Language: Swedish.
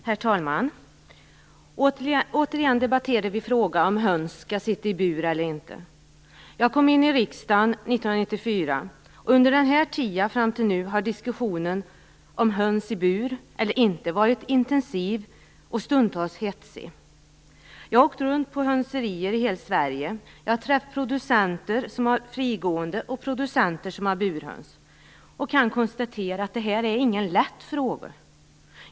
Herr talman! Återigen diskuterar vi frågan om höns skall sitta i bur eller inte. Jag kom in i riksdagen 1994, och under tiden fram till nu har diskussionen om höns skall sitta i bur eller inte varit intensiv och stundtals hetsig. Jag har åkt runt till hönserier i hela Sverige, och jag har träffat producenter med frigående höns och producenter med burhöns. Jag kan konstatera att detta inte är någon lätt fråga.